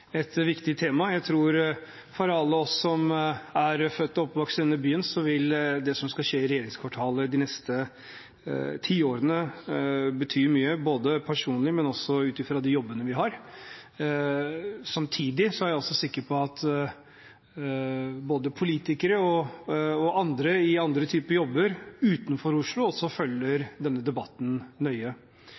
et viktig tema. Jeg tror at for alle oss som er født og oppvokst i denne byen, vil det som skal skje i regjeringskvartalet de neste ti årene, bety mye, ikke bare personlig, men også ut fra de jobbene vi har. Samtidig er jeg sikker på at både politikere og andre i andre typer jobber utenfor Oslo, også følger denne debatten nøye.